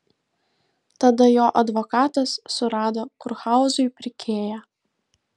tada jo advokatas surado kurhauzui pirkėją